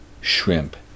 shrimp